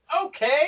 okay